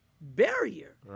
barrier